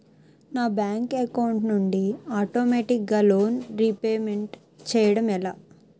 నా bank account నుండి ఆటోమేటిగ్గా లోన్ రీపేమెంట్ చేయడం ఎలా?